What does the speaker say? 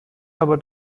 aber